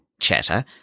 chatter